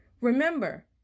Remember